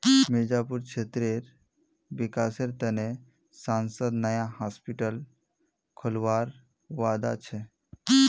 मिर्जापुर क्षेत्रेर विकासेर त न सांसद नया हॉस्पिटल खोलवार वादा छ